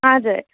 हजुर